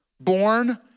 born